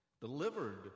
delivered